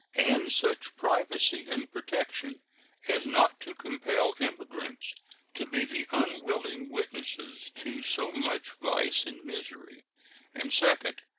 and such privacy and protection as not to compel immigrants to be the unwilling witnesses to so much vice and misery and, second,